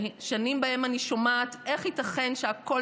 שנים שבהן אני שומעת: איך ייתכן שהקול